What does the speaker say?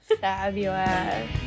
Fabulous